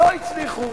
לא הצליחו.